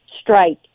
strike